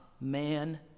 man